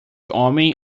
homem